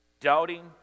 doubting